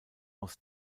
aus